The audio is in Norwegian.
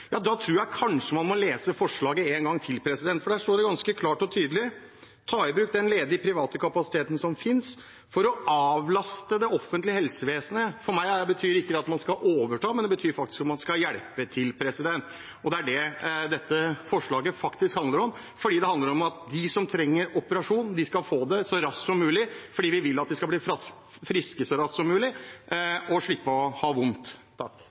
finnes, for å avlaste det offentlige helsevesenet». For meg betyr ikke det at man skal overta, men det betyr faktisk at man skal hjelpe til. Det er det dette forslaget faktisk handler om. Det handler om at de som trenger operasjon, skal få det så raskt som mulig fordi vi vil at de skal bli friske så raskt som mulig og slippe å ha vondt.